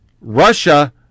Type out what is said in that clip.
Russia